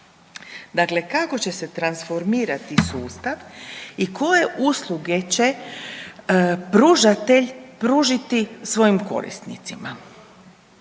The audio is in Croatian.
Dakle, kako će se transformirati sustav i koje usluge će pružatelj pružiti svojim korisnicima.